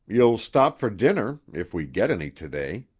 you'll stop for dinner if we get any to-day.